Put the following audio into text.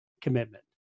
commitment